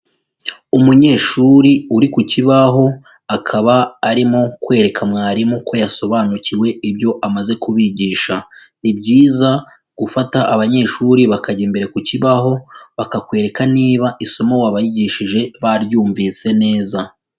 Umunyeshuri uri ku kibaho akaba arimo kwereka mwarimu ko yasobanukiwe ibyo amaze kubigisha. Ni byiza gufata abanyeshuri bakajya imbere ku kibaho, bakakwereka niba isomo wayigishije baryumvise neza.